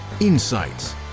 insights